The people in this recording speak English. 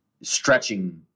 stretching